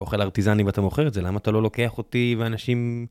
אוכל ארטיזני ואתה מוכר את זה, למה אתה לא לוקח אותי ואנשים...